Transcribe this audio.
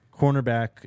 cornerback